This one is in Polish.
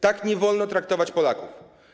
Tak nie wolno traktować Polaków.